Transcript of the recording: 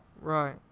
Right